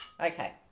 Okay